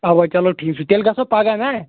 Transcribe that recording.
اَوا چلو ٹھیٖک چھُ تیٚلہِ گژھو پَگاہ نا